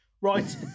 right